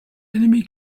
enemy